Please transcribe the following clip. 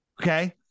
Okay